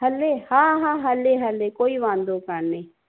हले हा हा हले हले कोई वांदो काने